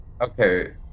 Okay